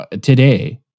today